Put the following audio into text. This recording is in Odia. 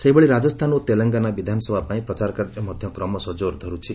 ସେହିଭଳି ରାଜସ୍ଥାନ ଓ ତେଲଙ୍ଗାନା ବିଧାନସଭା ପାଇଁ ପ୍ରଚାର କାର୍ଯ୍ୟ ମଧ୍ୟ କ୍ରମଶଃ ଜୋର ଧର୍ରଛି